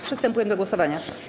Przystępujemy do głosowania.